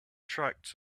tracts